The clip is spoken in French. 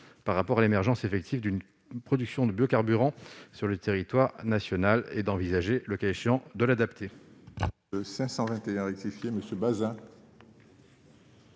par rapport à l'émergence effectif d'une production de biocarburants sur le territoire national et d'envisager la question de l'adapter.